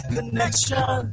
Connection